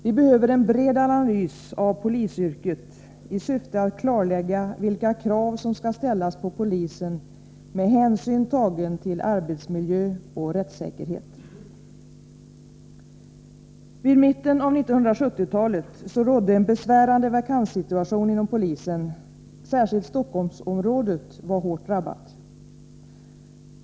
Vi behöver en bred analys av polisyrket i syfte att klarlägga vilka krav som skall ställas på polisen med hänsyn tagen till arbetsmiljö och rättssäkerhet. Vid mitten av 1970-talet rådde en besvärande vakanssituation inom polisen. Särskilt Stockholmsområdet var hårt drabbat.